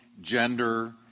gender